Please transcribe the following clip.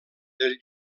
del